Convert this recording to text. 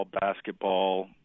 basketball